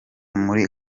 muri